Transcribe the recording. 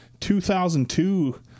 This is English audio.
2002